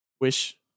Wish